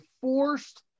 forced